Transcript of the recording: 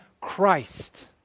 Christ